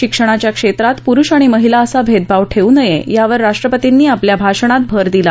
शिक्षणाच्या क्षेत्रात पुरुष आणि महिला असा भेदभाव ठेवू नये यावर राष्ट्रपतींनी आपल्या भाषणात भर दिला